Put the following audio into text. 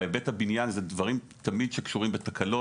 אבל בהיבט הבניין זה דברים שקשורים בתקלות.